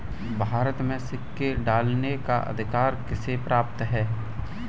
भारत में सिक्के ढालने का अधिकार किसे प्राप्त है?